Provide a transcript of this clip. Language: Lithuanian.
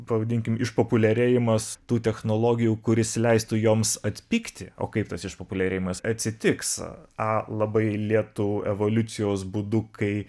pavadinkim išpopuliarėjimas tų technologijų kuris leistų joms atpigti o kaip tas išpopuliarėjimas atsitiks a labai lėtu evoliucijos būdu kai